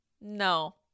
No